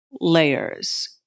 layers